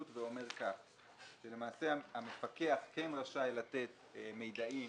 ואומר שלמעשה המפקח כן רשאי לתת מידעים